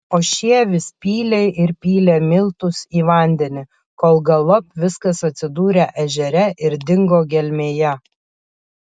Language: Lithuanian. o šie vis pylė ir pylė miltus į vandenį kol galop viskas atsidūrė ežere ir dingo gelmėje